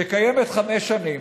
שקיימת חמש שנים,